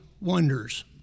wonders